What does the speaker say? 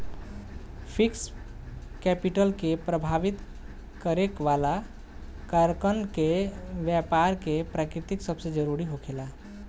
fixed capital के प्रभावित करे वाला कारकन में बैपार के प्रकृति सबसे जरूरी होखेला